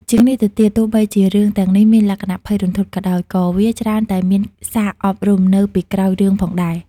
ជាងនេះទៅទៀត ទោះបីជារឿងទាំងនេះមានលក្ខណៈភ័យរន្ធត់ក៏ដោយ ក៏វាច្រើនតែមានសារអប់រំនៅពីក្រោយរឿងផងដែរ ។